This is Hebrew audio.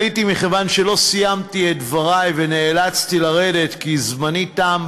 עליתי מכיוון שלא סיימתי את דברי בפעם הקודמת ונאלצתי לרדת כי זמני תם,